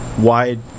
wide